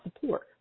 support